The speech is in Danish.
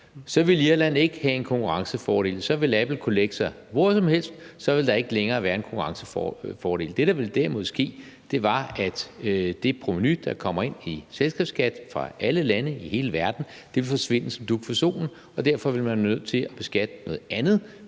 Så ville Irland ikke have en konkurrencefordel, så ville Apple kunne lægge sig hvor som helst, og så ville der ikke længere være en konkurrencefordel. Det, der derimod ville ske, var, at det provenu, der kom ind i selskabsskat fra alle lande i hele verden, ville forsvinde som dug for solen, og derfor ville man være nødt til at beskatte noget andet,